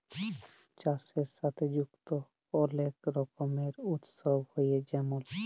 চাষের সাথে যুক্ত অলেক রকমের উৎসব হ্যয়ে যেমল